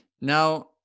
now